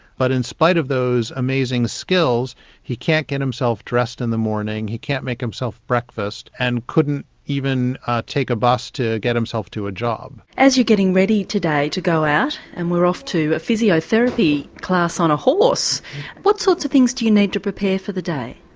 but in spite of those amazing skills he can't get himself dressed in the morning, he can't make himself breakfast and couldn't even take a bus to get himself to a job. as you're getting ready today to go out and we're off to a physiotherapy class on a horse what sorts of things do you need to prepare for the day?